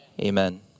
Amen